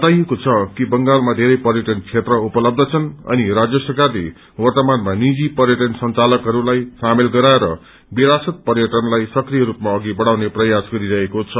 बताइएको छ कि बंगालमा वेरै पर्यटन क्षेत्र उपलब्ध छन् अनि राज्य सरकारले वर्तमानमा निजी पर्यटन संचालकहरूलाई सामेल गराएर विरासत पर्यटनलाई सक्रिय रूपमा अघि बढ़ाउने प्रयास गरिरहेको छ